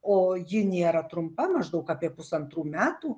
o ji nėra trumpa maždaug apie pusantrų metų